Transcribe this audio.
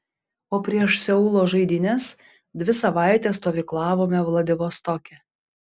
o prieš seulo žaidynes dvi savaites stovyklavome vladivostoke